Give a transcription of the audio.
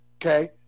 okay